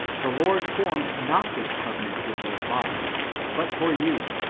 the lord formed not this covenant with your fathers, but for you.